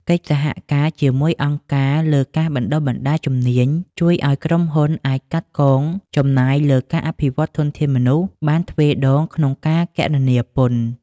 កិច្ចសហការជាមួយអង្គការលើការបណ្ដុះបណ្ដាលជំនាញ ជួយឱ្យក្រុមហ៊ុនអាចកាត់កងចំណាយលើការអភិវឌ្ឍធនធានមនុស្សបានទ្វេដងក្នុងការគណនាពន្ធ។